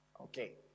Okay